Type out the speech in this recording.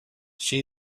she